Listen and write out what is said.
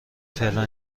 فعلا